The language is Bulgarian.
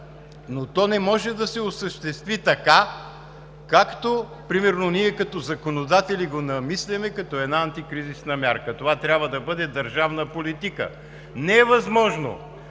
но то не може да се осъществи така, както примерно ние като законодатели го замисляме, като една антикризисна мярка. Това трябва да бъде държавна политика. Не е възможно